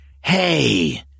Hey